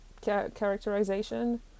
characterization